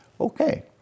okay